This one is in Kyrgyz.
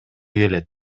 келет